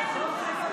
הקואליציה.